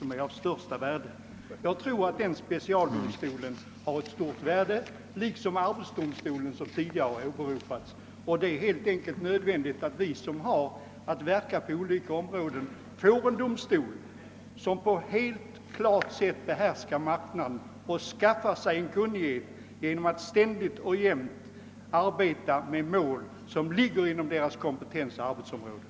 Jag tror att sådana specialdomstolar har ett stort värde liksom arbetsdomstolen, som tidigare har åberopats. Det är helt enkelt: nödvändigt att vi som verkar på olika områden har tillgång till en domstol som behärskar frågorna och skaffar sig: kunskap genom att ständigt arbeta med ärenden som ligger inom deras "kompetens-' och arbetsområden.